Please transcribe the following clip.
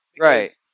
Right